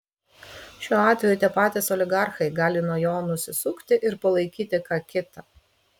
šiuo atveju tie patys oligarchai gali nuo jo nusisukti ir palaikyti ką kitą